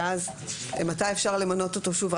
שאז מתי אפשר למנות אותו שוב,